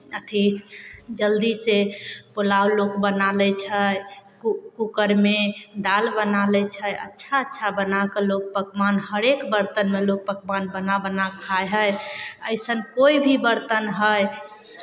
अथि जल्दीसँ पुलाव लोक बना लै छै कू कूकरमे दालि बना लै छै अच्छा अच्छा बना कऽ लोक पकवान हरेक बरतनमे लोक पकवान बना बना खाइ हइ अइसन कोइ भी बरतन हइ